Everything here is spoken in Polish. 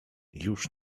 już